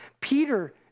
Peter